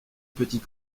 petit